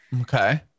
Okay